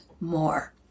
more